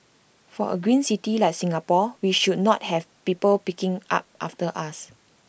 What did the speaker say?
for A green city like Singapore we should not have people picking up after us